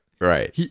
Right